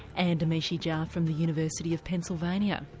and amishi jha from the university of pennsylvania.